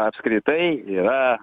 apskritai yra